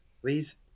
please